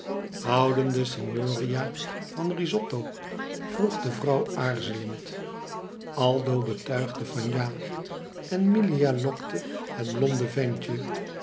de signoria van risotto vroeg de vrouw aarzelend aldo betuigde van ja en milia lokte het blonde ventje